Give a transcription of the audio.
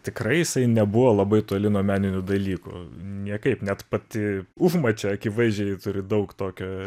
tikrai jisai nebuvo labai toli nuo meninių dalykų niekaip net pati užmačia akivaizdžiai turi daug tokio